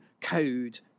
code